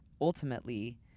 ultimately